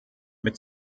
mit